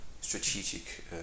strategic